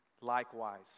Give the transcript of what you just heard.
likewise